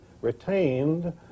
retained